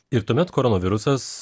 ir tuomet koronavirusas